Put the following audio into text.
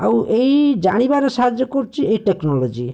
ଆଉ ଏଇ ଜାଣିବାରେ ସାହାଯ୍ୟ କରୁଛି ଏଇ ଟେକ୍ନୋଲୋଜି